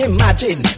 Imagine